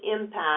impact